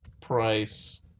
price